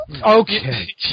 Okay